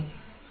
மிக்க நன்றி